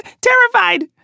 terrified